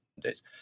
days